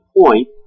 point